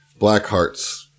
Blackhearts